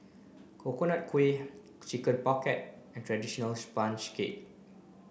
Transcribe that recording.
Coconut Kuih Chicken Pocket and traditional sponge cake